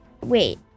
Wait